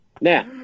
Now